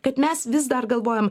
kad mes vis dar galvojam